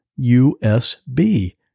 USB